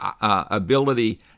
ability